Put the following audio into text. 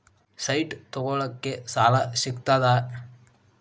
Site ತಗೋಳಿಕ್ಕೆ ಸಾಲಾ ಸಿಗ್ತದಾ?